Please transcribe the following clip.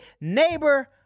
neighbor